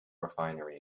refinery